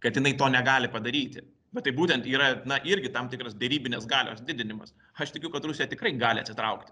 kad jinai to negali padaryti bet tai būtent yra na irgi tam tikras derybinės galios didinimas aš tikiu kad rusija tikrai gali atsitraukti